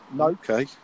Okay